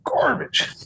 garbage